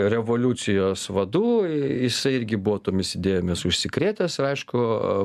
revoliucijos vadų jisai irgi buvo tomis idėjomis užsikrėtęs ir aišku